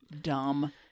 dumb